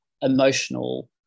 emotional